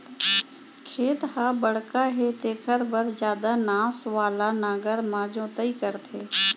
खेत ह बड़का हे तेखर बर जादा नास वाला नांगर म जोतई करथे